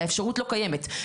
האפשרות לא קיימת.